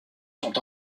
sont